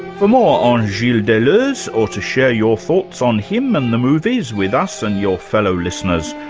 for more on gilles deleuze or to share your thoughts on him, and the movies, with us and your fellow-listeners,